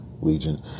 Legion